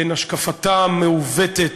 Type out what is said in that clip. בהשקפתה המעוותת